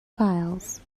files